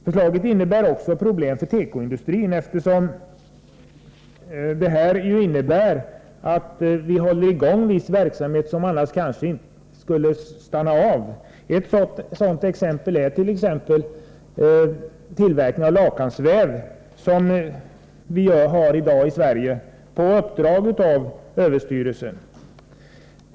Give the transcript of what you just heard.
Förslaget innebär också problem för tekoindustrin, eftersom vi av beredskapsskäl håller i gång viss verksamhet som annars kanske skulle stanna av. Ett sådant exempel är den tillverkning av lakansväv som vi i dag har i Sverige på uppdrag av överstyrelsen.